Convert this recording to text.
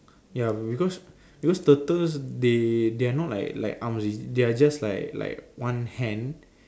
ya because because turtles they they're not like like arms they're just like like one hand